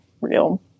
real